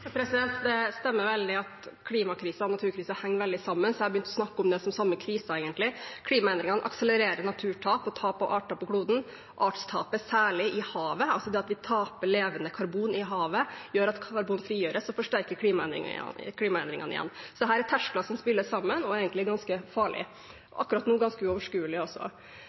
Det stemmer veldig godt at klimakrisen og naturkrisen henger veldig tett sammen, så jeg har egentlig begynt å snakke om det som den samme krisen. Klimaendringene akselererer naturtap og tap av arter på kloden. Artstapet, særlig i havet, altså det at vi taper levende karbon i havet, gjør at karbon frigjøres, som igjen forsterker klimaendringene. Så her er det terskler som spiller sammen, noe som egentlig er ganske farlig. Akkurat nå er det ganske uoverskuelig også.